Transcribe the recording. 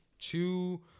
two